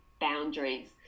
boundaries